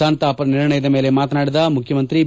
ಸಂತಾಪ ನಿರ್ಣಯದ ಮೇಲೆ ಮಾತನಾಡಿದ ಮುಖ್ಯಮಂತಿ ಬಿ